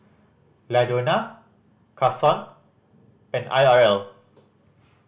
Ladonna Kason and I R L